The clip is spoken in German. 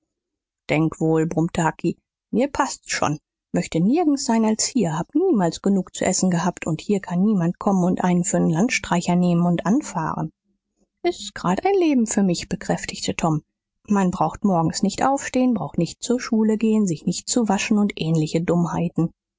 denk wohl brummte hucky mir paßt's schon möchte nirgends sein als hier hab niemals genug zu essen gehabt und hier kann niemand kommen und einen für nen landstreicher nehmen und anfahren s ist gerad ein leben für mich bekräftigte tom man braucht morgens nicht aufstehen braucht nicht zur schule zu gehen sich nicht zu waschen und ähnliche dummheiten